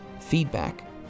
feedback